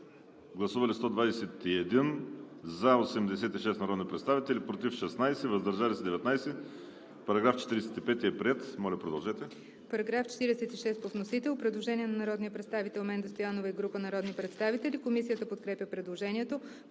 Гласували 121 народни представители: за 86, против 16, въздържали се 19. Параграф 45 е приет. Моля, продължете. ДОКЛАДЧИК МАРИЯ ИЛИЕВА: Предложение на народния представител Менда Стоянова и група народни представители. Комисията подкрепя предложението.